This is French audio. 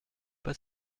pas